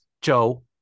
Joe